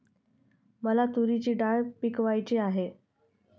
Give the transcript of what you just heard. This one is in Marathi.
मला तूरीची डाळ पिकवायची आहे